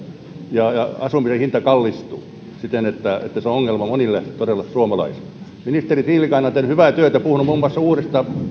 ja ja asumisen hinta kallistuu siten että se on todella ongelma monille suomalaisille ministeri tiilikainen on tehnyt hyvää työtä puhunut muun muassa uudesta